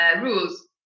rules